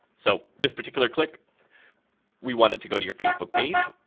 so, this particular click we want it to go to your facebook page,